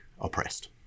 oppressed